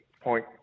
point